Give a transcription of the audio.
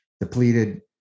Depleted